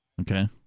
Okay